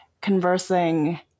conversing